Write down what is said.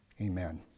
Amen